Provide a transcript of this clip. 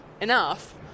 enough